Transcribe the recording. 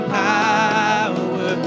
power